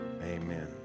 Amen